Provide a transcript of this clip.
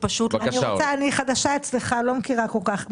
אני חדשה אצלך ולא מכירה כל כך איך זה עובד.